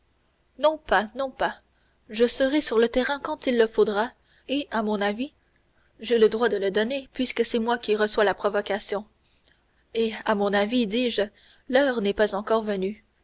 non pas non pas je serai sur le terrain quand il le faudra et à mon avis j'ai le droit de le donner puisque c'est moi qui reçois la provocation et à mon avis dis-je l'heure n'est pas encore venue